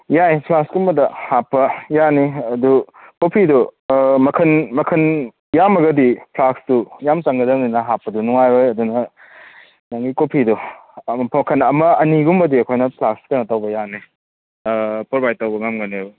ꯌꯥꯏ ꯐ꯭ꯂꯥꯛꯁꯀꯨꯝꯕꯗ ꯍꯥꯞꯄ ꯌꯥꯅꯤ ꯑꯗꯨ ꯀꯣꯐꯤꯗꯨ ꯃꯈꯜ ꯃꯈꯜ ꯌꯥꯝꯃꯒꯗꯤ ꯐ꯭ꯂꯥꯛꯁꯇꯨ ꯌꯥꯝ ꯆꯪꯒꯗꯧꯅꯤꯅ ꯍꯥꯞꯄꯗꯨ ꯅꯨꯡꯉꯥꯏꯔꯔꯣꯏ ꯑꯗꯨꯅ ꯅꯪꯒꯤ ꯀꯣꯐꯤꯗꯨ ꯀꯩꯅꯣ ꯑꯃ ꯑꯅꯤꯒꯨꯝꯕꯗꯤ ꯑꯩꯈꯣꯏꯅ ꯐ꯭ꯂꯥꯛꯁ ꯀꯩꯅꯣ ꯇꯧꯕ ꯌꯥꯅꯤ ꯄ꯭ꯔꯣꯚꯥꯏꯠ ꯇꯧꯕ ꯉꯝꯒꯅꯦꯕ